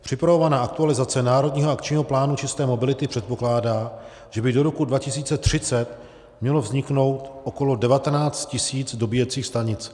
Připravovaná aktualizace Národního akčního plánu čisté mobility předpokládá, že by do roku 2030 mělo vzniknout okolo 19 tisíc dobíjecích stanic.